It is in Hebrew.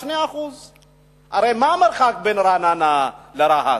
2%. הרי מה המרחק בין רעננה לרהט?